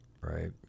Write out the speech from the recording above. right